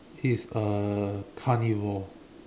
is a carnivore